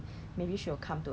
那个